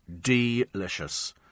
delicious